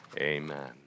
Amen